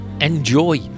enjoy